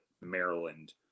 Maryland